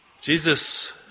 Jesus